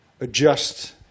adjust